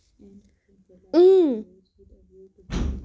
اۭں